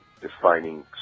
defining